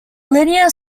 linear